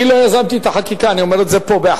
אני לא יזמתי את החקיקה, אני אומר את זה פה.